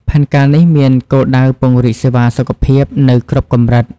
ផែនការនេះមានគោលដៅពង្រីកសេវាសុខភាពនៅគ្រប់កម្រិត។